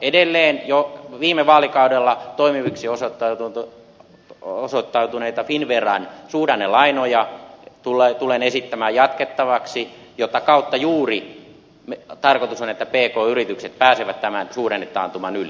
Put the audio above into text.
edelleen jo viime vaalikaudella toimiviksi osoittautuneita finnveran suhdannelainoja tulen esittämään jatkettavaksi mitä kautta juuri tarkoitus on että pk yritykset pääsevät tämän suhdannetaantuman yli